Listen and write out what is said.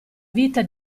vita